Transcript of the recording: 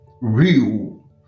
real